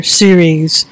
series